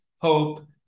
hope